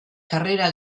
karrera